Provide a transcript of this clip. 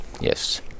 Yes